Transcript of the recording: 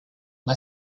m’a